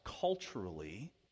culturally